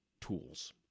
tools